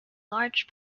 large